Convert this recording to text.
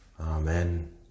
Amen